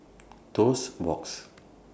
Toast Box